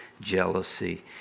jealousy